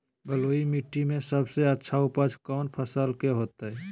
बलुई मिट्टी में सबसे अच्छा उपज कौन फसल के होतय?